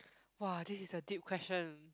!wah! this is a deep question